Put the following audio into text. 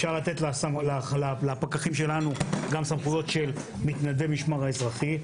אפשר לתת לפקחים שלנו גם סמכויות של מתנדב המשמר האזרחי.